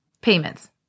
payments